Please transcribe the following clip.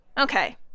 Okay